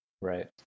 Right